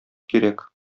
кирәк